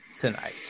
tonight